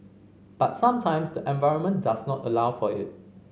but sometimes the environment does not allow for it